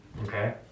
okay